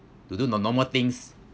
to do the normal things